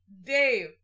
Dave